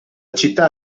città